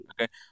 Okay